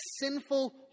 sinful